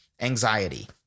anxiety